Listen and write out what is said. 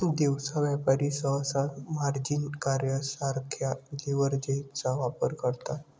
दिवसा व्यापारी सहसा मार्जिन कर्जासारख्या लीव्हरेजचा वापर करतात